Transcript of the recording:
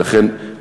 ולכן,